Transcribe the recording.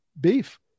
beef